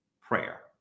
prayer